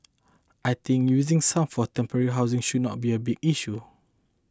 I think using some for temporary housing should not be a big issue